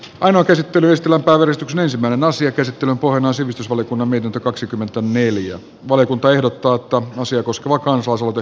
ainut esittelytila palveli stxn ensimmäinen asia käsitellä pornon sivistysvaliokunnan mietintö kaksikymmentäneljä valiokunta ehdottaa että asiaa koskeva kansalaisaloite hylätään